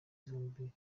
zombi